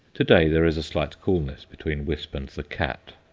to-day there is a slight coolness between wisp and the cat.